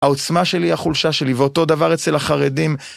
העוצמה שלי - החולשה שלי, ואותו דבר אצל החרדים